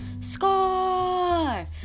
score